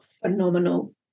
Phenomenal